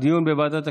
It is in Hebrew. דיון בוועדת הכספים.